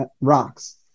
rocks